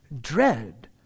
dread